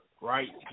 right